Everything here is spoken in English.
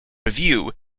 review